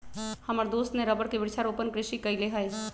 हमर दोस्त ने रबर के वृक्षारोपण कृषि कईले हई